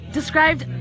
described